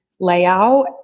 layout